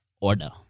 order